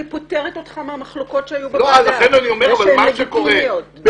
פוטרת מהמחלוקות שהיו בוועדה ושהן לגיטימיות.